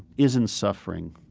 isn't suffering